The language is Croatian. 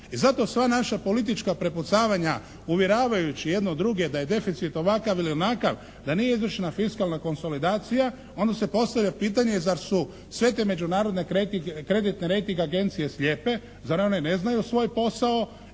I zato sva naša politička prepucavanja uvjeravajući jedno druge da je deficit ovakav ili onakav, da nije izvršena fiskalna konsolidacija, onda se postavlja pitanje zar su sve te međunarodne kreditne rejting agencije slijepe, zar one ne znaju svoj posao